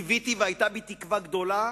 קיוויתי, והיתה בי תקווה גדולה,